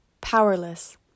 powerless